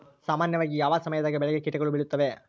ಸಾಮಾನ್ಯವಾಗಿ ಯಾವ ಸಮಯದಾಗ ಬೆಳೆಗೆ ಕೇಟಗಳು ಬೇಳುತ್ತವೆ?